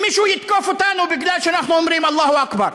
האם מישהו יתקוף אותנו כי אנחנו אומרים "אללהו אכבר"?